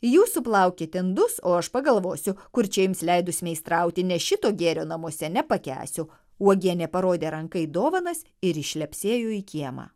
jūs suplaukite indus o aš pagalvosiu kur čia jums leidus meistrauti nes šito gėrio namuose nepakęsiu uogienė parodė ranka į dovanas ir šlepsėjo į kiemą